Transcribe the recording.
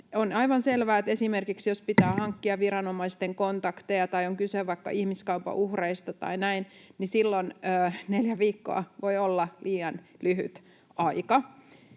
On aivan selvä, että esimerkiksi jos pitää hankkia viranomaisten kontakteja tai on kyse vaikka ihmiskaupan uhreista tai näin, niin silloin neljä viikkoa voi olla liian lyhyt aika.